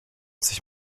sich